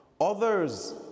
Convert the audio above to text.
Others